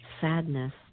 sadness